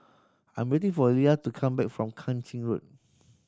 I'm waiting for Leah to come back from Kang Ching Road